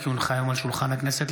כי הונחה היום על שולחן הכנסת,